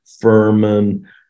Furman